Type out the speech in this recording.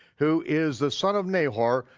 who is the son of nahor,